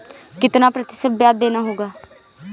कितना प्रतिशत ब्याज देना होगा?